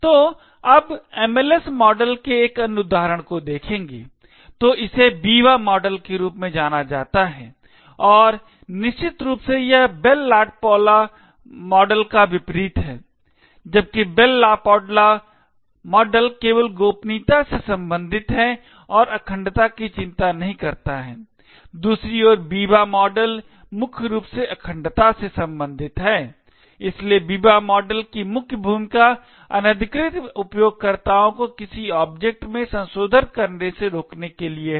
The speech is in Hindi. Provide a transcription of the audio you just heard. तो अब MLS मॉडल के एक अन्य उदाहरण को देखेंगे तो इसे Biba मॉडल के रूप में जाना जाता है और निश्चित रूप से यह Bell LaPadula मॉडल का विपरीत है जबकि Bell LaPadula मॉडल केवल गोपनीयता से संबंधित है और अखंडता की चिंता नहीं करता है दूसरी ओर Biba मॉडल मुख्य रूप से अखंडता से संबंधित है इसलिए बिबा मॉडल की मुख्य भूमिका अनधिकृत उपयोगकर्ताओं को किसी ऑब्जेक्ट में संशोधन करने से रोकने के लिए है